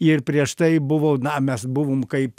ir prieš tai buvo na mes buvom kaip